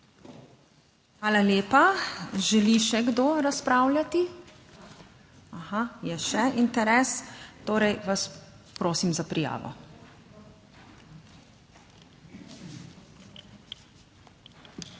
Hvala lepa. Želi še kdo razpravljati? Aha, je še interes, torej vas prosim za prijavo. 13